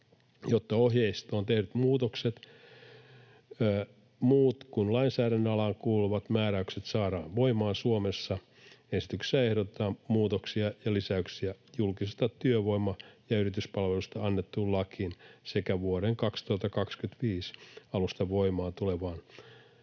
Jotta ohjeistoon tehdyt muutokset, muut kuin lainsäädännön alaan kuuluvat määräykset, saadaan voimaan Suomessa, esityksessä ehdotetaan muutoksia ja lisäyksiä julkisesta työvoima- ja yrityspalvelusta annettuun lakiin sekä vuoden 2025 alusta voimaan tulevaan